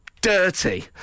dirty